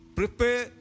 prepare